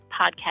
podcast